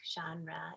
genre